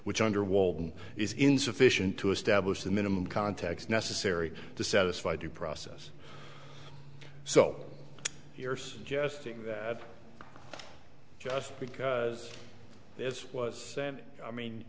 which under wall is insufficient to establish the minimum context necessary to satisfy due process so you're suggesting that just because this was i mean